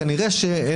כשאתה